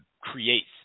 creates